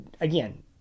again